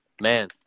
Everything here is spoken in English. man